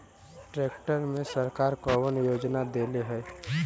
Tractor मे सरकार कवन योजना देले हैं?